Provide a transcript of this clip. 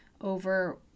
over